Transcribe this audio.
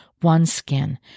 OneSkin